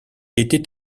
était